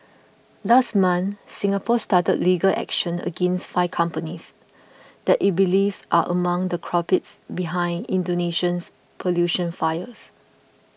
last month Singapore started legal action against five companies that it believes are among the culprits behind Indonesia's pollution fires